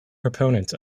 proponent